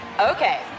Okay